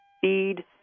feed